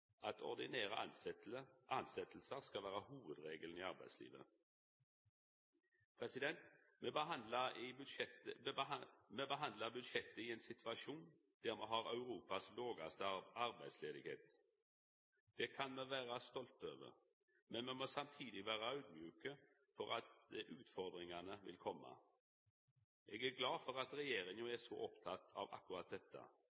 skal vera hovudregelen i arbeidslivet. Me behandlar budsjettet i ein situasjon der me har Europas lågaste arbeidsløyse. Det kan me vera stolte av, men me må samtidig vera audmjuke for dei utfordringane som vil koma. Eg er glad for at regjeringa er så oppteken av akkurat dette.